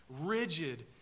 rigid